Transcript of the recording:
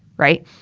right?